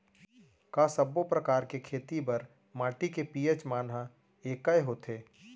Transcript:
का सब्बो प्रकार के खेती बर माटी के पी.एच मान ह एकै होथे?